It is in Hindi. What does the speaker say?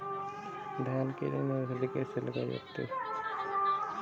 धान के लिए नर्सरी कैसे लगाई जाती है?